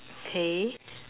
okay